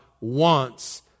wants